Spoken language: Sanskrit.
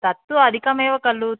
तत्तु अधिकमेव खलु